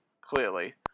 clearly